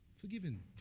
forgiven